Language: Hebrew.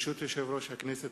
ברשות יושב-ראש הכנסת,